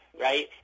right